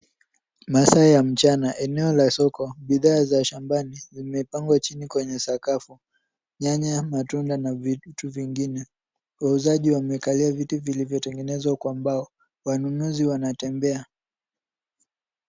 Masaa ya mchana, eneo la soko, bidhaa vya shambani vimepangwa chini kwenye sakafu. Nyanya ,matunda na vitu vingine. Wauzaji wamekalia viti vilivyotegenezwa kwa mbao. Wanunuzi wanatembea.